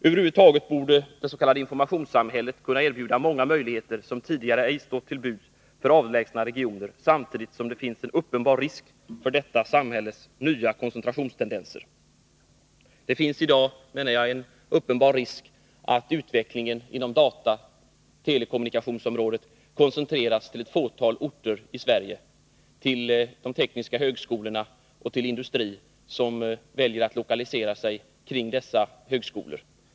Över huvud taget borde det s.k. informationssamhället kunna erbjuda många möjligheter som tidigare ej stått till buds för avlägsna regioner, samtidigt som det finns uppenbara risker förenade med detta samhälles koncentrationstendenser. Det finns i dag enligt min mening en uppenbar risk att utvecklingen inom dataoch telekommunikationsområdet koncentreras till ett fåtal orter i Sverige, till de tekniska högskolorna och till industri som väljer att lokalisera sig kring dessa högskolor.